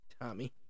Tommy